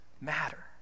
matter